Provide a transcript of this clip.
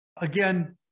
Again